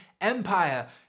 empire